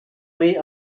way